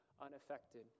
unaffected